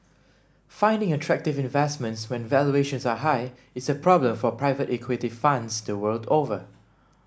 finding attractive investments when valuations are high is a problem for private equity funds the world over